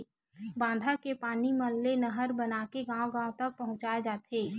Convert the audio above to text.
बांधा के पानी मन ले नहर बनाके गाँव गाँव तक पहुचाए जाथे